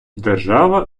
держава